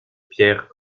pierres